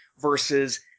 versus